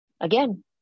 again